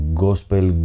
gospel